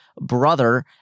brother